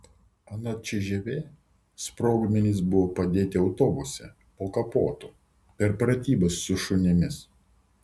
anot cžv sprogmenys buvo padėti autobuse po kapotu per pratybas su šunimis